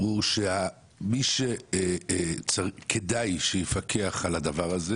הוא שמי שכדאי שיפקח על הדבר הזה